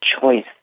choice